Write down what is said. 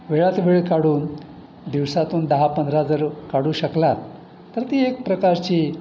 वेळात वेळ काढून दिवसातून दहा पंधरा जर काढू शकलात तर ती एक प्रकारची